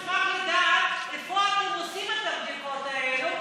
אני גם אשמח לדעת איפה אתם עושים את הבדיקות האלו,